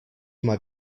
mal